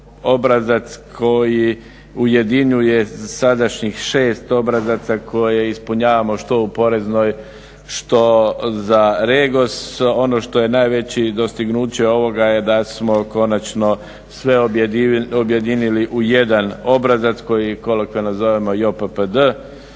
obrazac koji ujedinjuje sadašnjih 6 obrazaca koje ispunjavamo što u poreznoj što za Regos. Ono što je najveći dostignuće ovoga je da smo konačno sve objedinili u jedan obrazac koji kolokvijalno zovemo JOPPD.